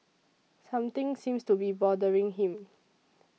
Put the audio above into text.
something seems to be bothering him